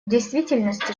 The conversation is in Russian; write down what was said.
действительности